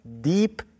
deep